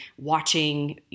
watching